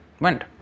went